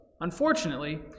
unfortunately